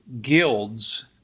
guilds